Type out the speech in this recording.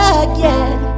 again